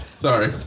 sorry